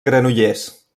granollers